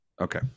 Okay